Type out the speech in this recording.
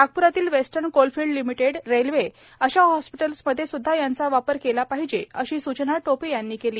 नागप्रातील western coalfield limited railway अशा hospital यांचा स्द्वा वापर केला पाहिजे अशी सूचना टोपे यांनी केली